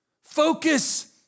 Focus